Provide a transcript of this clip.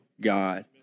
God